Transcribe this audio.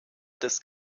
des